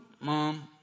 Mom